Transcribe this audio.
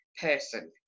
person